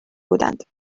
بودند